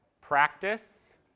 Practice